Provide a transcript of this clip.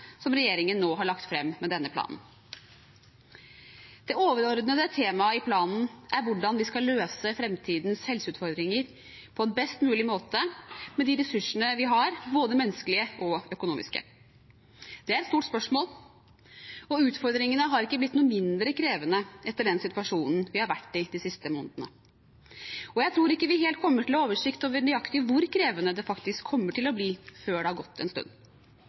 som regjeringen nå har lagt frem med denne planen. Det overordnede temaet i planen er hvordan vi skal løse fremtidens helseutfordringer på best mulig måte med de ressursene vi har, både menneskelige og økonomiske. Det er et stort spørsmål, og utfordringene har ikke blitt noe mindre krevende etter den situasjonen vi har vært i de siste månedene. Jeg tror ikke vi helt kommer til å ha oversikt over nøyaktig hvor krevende det faktisk kommer til å bli, før det har gått en stund.